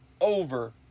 over